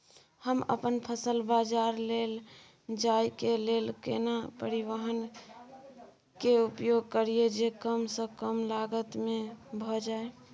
हम अपन फसल बाजार लैय जाय के लेल केना परिवहन के उपयोग करिये जे कम स कम लागत में भ जाय?